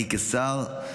אני כשר,